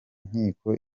nkiko